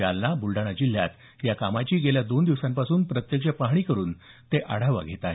जालना ब्लडाणा जिल्ह्यात या कामाची गेल्या दोन दिवसांपासून प्रत्यक्ष पाहणी करून ते आढावा घेत आहेत